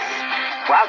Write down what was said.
Wow